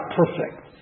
perfect